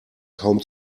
kaum